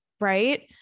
right